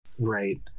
right